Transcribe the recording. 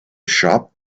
shop